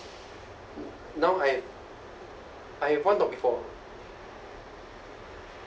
now I have I have one dog before